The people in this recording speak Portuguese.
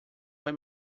vai